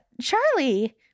Charlie